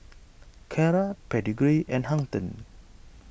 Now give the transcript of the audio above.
Kara Pedigree and Hang ten